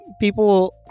people